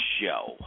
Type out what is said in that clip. Show